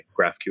GraphQL